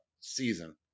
season